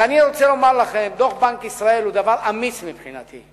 ואני רוצה לומר לכם: דוח בנק ישראל הוא אמיץ מבחינתי.